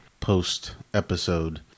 post-episode